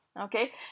Okay